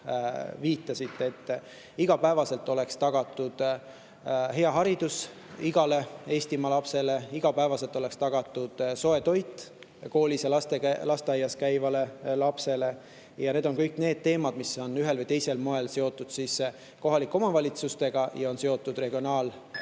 [juhtisite], et iga päev oleks tagatud hea haridus igale Eestimaa lapsele, iga päev oleks tagatud soe toit koolis ja lasteaias käivale lapsele. Need on need teemad, mis on ühel või teisel moel seotud kohalike omavalitsustega ja on seotud regionaalministri